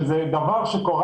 יש לך הפסד מהעבר, ועכשיו